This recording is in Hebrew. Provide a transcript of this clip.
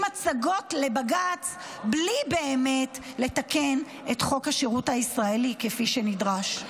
ועושים הצגות לבג"ץ בלי באמת לתקן את חוק השירות הישראלי כפי שנדרש.